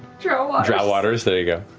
drow ah drow waters, there you go.